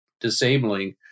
disabling